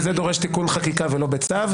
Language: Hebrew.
אני רק אגיד שזה דורש תיקון חקיקה ולא בצו.